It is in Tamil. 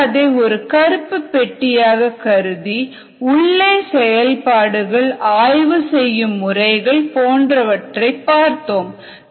பிறகு அதை ஒரு கருப்பு பெட்டியாக கருதி உள்ளே செயல்பாடுகள் ஆய்வு செய்யும் முறைகள் போன்றவற்றை பார்த்தோம்